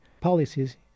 policies